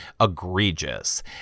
egregious